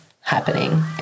happening